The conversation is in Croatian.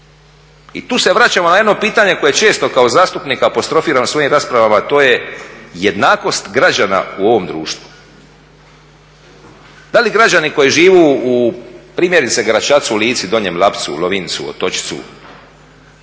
I tu se vraćamo na jedno pitanje koje često kao zastupnik apostrofiram u svojim raspravama, to je jednakost građana u ovom društvu. Da li građani koji žive u primjerice Gračacu, Lici, Donjem Lapcu, Lovincu, Otočcu,